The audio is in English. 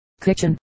kitchen